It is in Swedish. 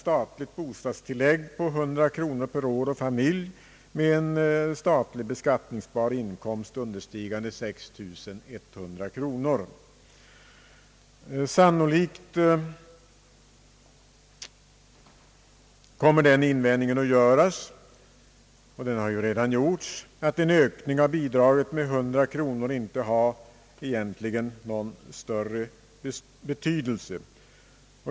statligt bostadstillägg på 100 kro nör per år till: familjer med en statlig beskattningsbar inkomst understigande 6 100 kronor. Sannolikt kommer den invändningen att göras — den har ju redan gjorts — att en ökning av bidraget med 100 kronor egentligen inte har någon större betydelse.